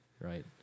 Right